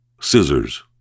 scissors